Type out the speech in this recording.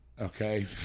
Okay